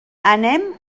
anem